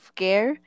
care